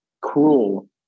Cruel